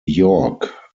york